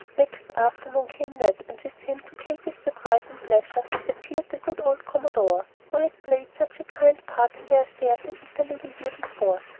next afternoon came ned, and with him, to katy's surprise and pleasure, appeared the good old commodore who had played such a kind part in their affairs in italy the year before.